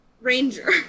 Ranger